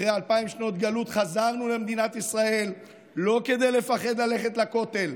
אחרי אלפיים שנות גלות חזרנו למדינת ישראל לא כדי לפחד ללכת לכותל,